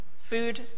food